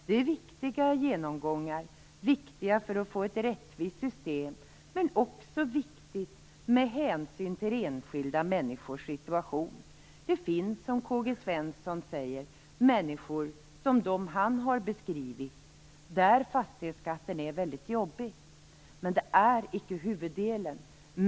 Det är viktiga genomgångar - viktiga för att få ett rättvist system men också viktiga med hänsyn till enskilda människors situation. Det finns, som K-G Svenson säger, människor som dem han har beskrivit för vilka fastighetsskatten är väldigt jobbig. Men de utgör inte huvuddelen.